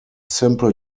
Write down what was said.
simple